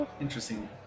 interesting